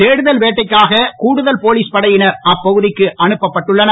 தேடுதல் வேட்டைக்காக கூடுதல் போலீஸ் படையினர் அப்பகுதிக்கு அனுப்பப்பட்டுள்ளனர்